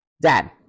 Dad